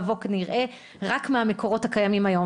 וכנראה שהוא לא יכול לבוא רק מהמקורות הקיימים היום.